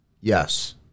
yes